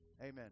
amen